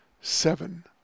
seven